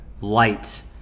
light